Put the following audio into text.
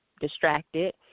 distracted